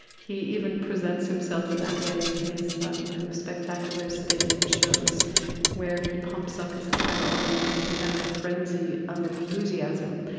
he even presents himself in that way in his kind of spectacular, stadium shows where he pumps up his entire audience into a kind of frenzy of enthusiasm.